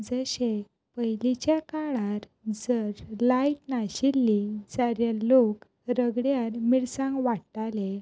जशें पयलींच्या काळार जर लायट नाशिल्ली जाल्यार लोक रगड्यार मिरसांग वाट्टाले